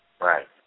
Right